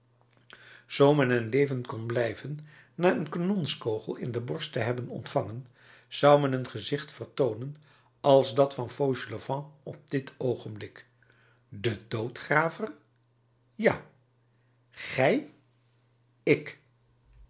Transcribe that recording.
men in leven kon blijven na een kanonskogel in de borst te hebben ontvangen zou men een gezicht vertoonen als dat van fauchelevent op dit oogenblik de doodgraver ja gij ik